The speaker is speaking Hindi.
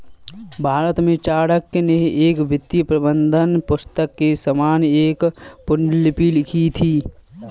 भारत में चाणक्य ने एक वित्तीय प्रबंधन पुस्तक के समान एक पांडुलिपि लिखी थी